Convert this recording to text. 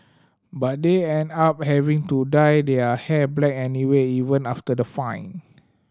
but they end up having to dye their hair black anyway even after the fine